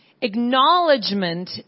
acknowledgement